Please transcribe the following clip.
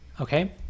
okay